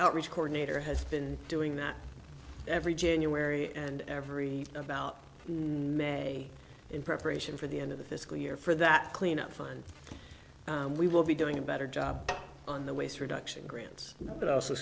outreach coordinator has been doing that every january and every about may in preparation for the end of the fiscal year for that cleanup fund we will be doing a better job on the waste reduction grants but i also